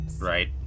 Right